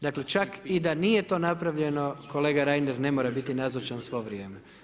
Dakle, čak i da nije to napravljeno kolega Reiner ne mora biti nazočan svo vrijeme.